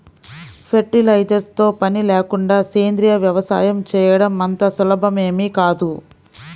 fertilisers తో పని లేకుండా సేంద్రీయ వ్యవసాయం చేయడం అంత సులభమేమీ కాదు